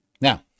Now